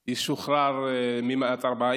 ישוחרר ממעצר בית,